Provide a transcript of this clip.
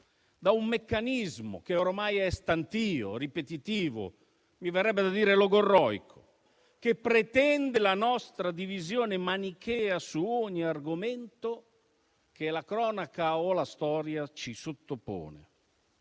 da un meccanismo che ormai è stantio, ripetitivo - mi verrebbe da dire logorroico - che pretende la nostra divisione manichea su ogni argomento che la cronaca o la storia ci sottopongono.